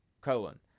colon